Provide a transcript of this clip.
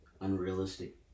unrealistic